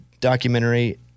documentary